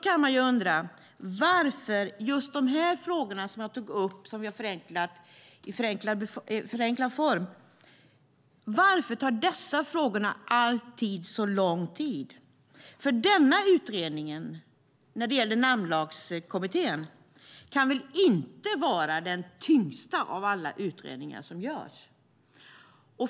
Man kan undra varför just dessa frågor, som vi har tagit upp i förenklad form, alltid tar så lång tid. Denna utredning, Namnlagskommittén, kan väl inte vara den tyngsta av alla utredningar som görs.